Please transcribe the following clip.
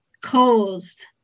caused